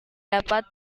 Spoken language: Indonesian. dapat